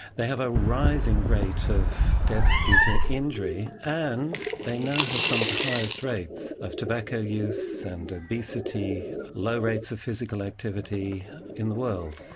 they have a rising rate of deaths due to injury and they now have some of the highest rates of tobacco use and obesity, low rates of physical activity in the world.